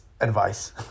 advice